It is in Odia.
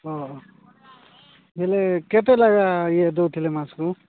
ଓଃ ହେଲେ କେତେ ଲେଖା ଇଏ ଦଉଥିଲେ ମାସକୁ